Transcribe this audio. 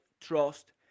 trust